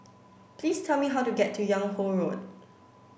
please tell me how to get to Yung Ho Road